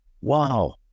wow